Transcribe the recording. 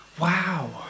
Wow